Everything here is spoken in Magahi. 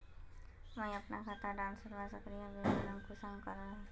मुई अपना खाता डार सबला सक्रिय विवरण कुंसम करे जानुम?